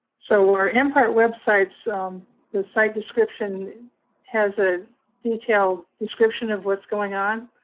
so, our and mpart website's, um the site description has a detailed description of what's going on.